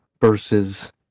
versus